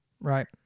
right